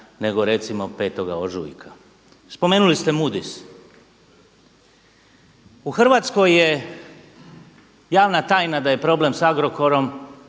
nego recimo 5. ožujka. Spomenuli ste Moodys, u Hrvatskoj je javna tajna da je problem sa Agrokorom